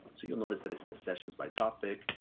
so you'll notice that it says sessions by topic,